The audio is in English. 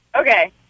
Okay